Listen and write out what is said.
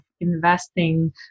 investing